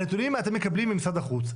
הנתונים, אתם מקבלים ממשרד החוץ.